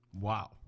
Wow